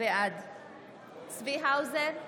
בעד צבי האוזר,